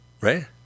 right